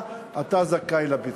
שנאה, אתה זכאי לפיצוי.